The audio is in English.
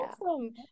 Awesome